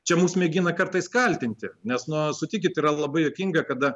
čia mus mėgina kartais kaltinti nes na sutikit yra labai juokinga kada